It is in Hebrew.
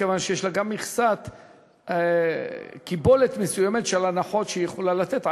מכיוון שיש לה קיבולת מסוימת של הנחות שהיא יכולה לתת,